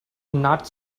not